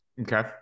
Okay